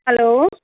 hello